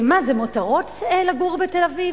מה, זה מותרות לגור בתל-אביב?